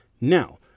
Now